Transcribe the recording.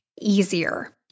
easier